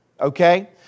okay